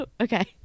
Okay